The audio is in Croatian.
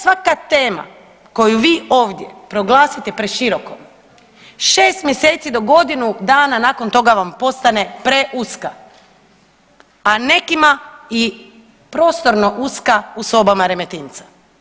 Svaka tema koju vi ovdje proglasite preširokom 6 mjeseci do godinu dana nakon toga vam postane preuska, a nekima i prostorno uska u sobama Remetinca.